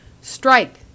Strike